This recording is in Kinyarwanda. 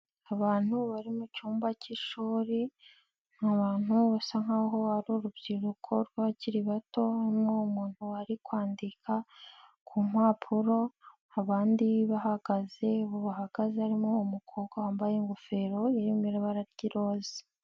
Abantu bari mu cyumba cy'ishuri abantu basa nk'aho ari urubyiruko rw'abakiri bato, harimo umuntu ari kwandika ku mpapuro, abandi bahagaze abo bahagaze harimo umukobwa wambaye ingofero irimo ibara ry'iroze.